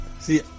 See